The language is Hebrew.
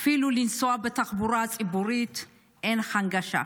ואפילו לנסוע בתחבורה הציבורית אין הנגשה.